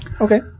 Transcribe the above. Okay